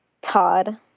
Todd